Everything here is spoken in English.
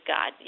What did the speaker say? God